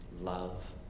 Love